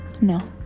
No